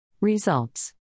Results